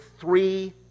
three